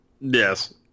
Yes